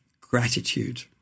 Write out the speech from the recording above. gratitude